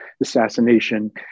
assassination